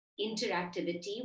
interactivity